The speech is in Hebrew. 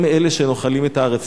הם אלה שנוחלים את הארץ.